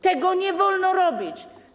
Tego nie wolno robić.